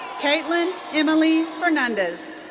kaitlyn emily fernandes.